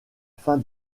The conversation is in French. fin